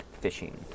fishing